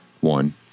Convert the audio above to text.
One